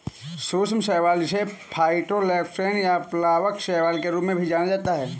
सूक्ष्म शैवाल जिसे फाइटोप्लैंक्टन या प्लवक शैवाल के रूप में भी जाना जाता है